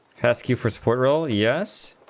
ask you for squirrel yes